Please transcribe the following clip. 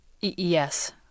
Yes